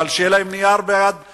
אבל שיהיה להם נייר ביד,